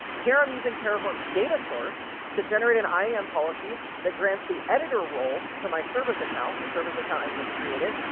here i'm using terraform's data source to generate an iam policy that grants the editor role to my service account, the service account i just created.